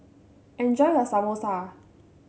enjoy your Samosa